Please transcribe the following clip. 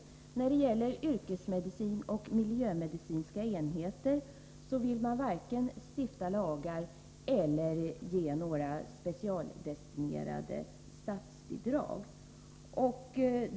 När det gäller yrkesmedicin och miljömedicinska enheter vill man varken stifta lagar eller ge några specialdestinerade statsbidrag.